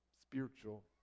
Spiritual